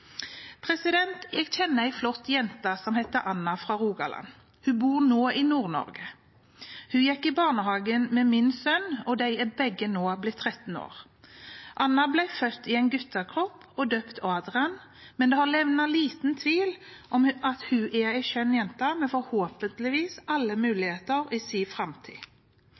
Jeg kjenner en flott jente som heter Anna og er fra Rogaland. Hun bor nå i Nord-Norge. Hun gikk i barnehage med min sønn – de er begge nå 13 år. Anna ble født i en guttekropp og døpt Adrian, men det er levnet liten tvil om at hun er en skjønn jente med forhåpentligvis alle muligheter i sin framtid.